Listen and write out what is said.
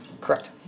Correct